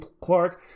Clark